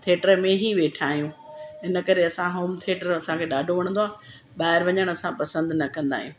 theatre में ई वेठा आहियूं इनकरे असां होम थेटर असांखे ॾाढो वणंदो आहे ॿाहिरि वञण असां पसंदि न कंदा आहियूं